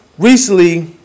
Recently